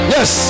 Yes